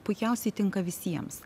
puikiausiai tinka visiems